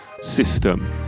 system